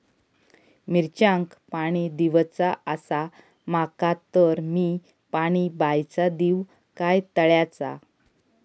मिरचांका पाणी दिवचा आसा माका तर मी पाणी बायचा दिव काय तळ्याचा?